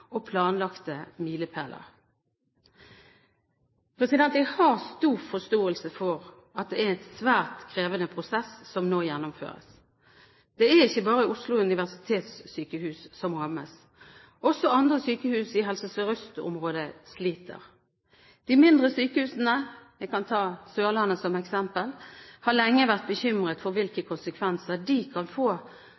og planlagte milepæler. Jeg har stor forståelse for at det er en svært krevende prosess som nå gjennomføres. Det er ikke bare Oslo universitetssykehus som rammes. Også andre sykehus i Helse Sør-Øst-området sliter. De mindre sykehusene – jeg kan ta Sørlandet som eksempel – har lenge vært bekymret for hvilke